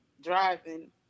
driving